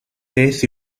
beth